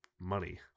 money